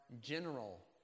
general